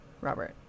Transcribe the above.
Robert